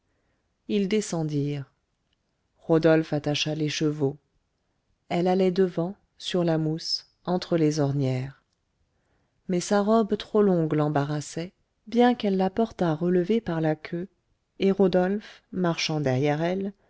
ils descendirent rodolphe attacha les chevaux elle allait devant sur la mousse entre les ornières mais sa robe trop longue l'embarrassait bien qu'elle la portât relevée par la queue et rodolphe marchant derrière elle